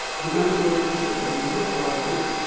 remember your decision as a user for about a week,